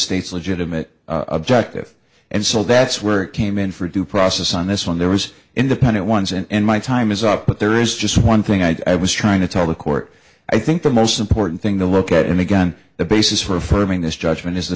state's legitimate objective and so that's where it came in for due process on this one there was independent ones and my time is up but there is just one thing i was trying to tell the court i think the most important thing to look at and again the basis for affirming this judgement is the